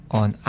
on